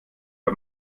bei